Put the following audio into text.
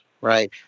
right